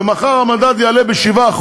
ומחר המדד יעלה ב-7%.